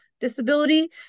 disability